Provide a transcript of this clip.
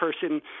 person